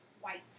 White